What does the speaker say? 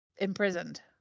imprisoned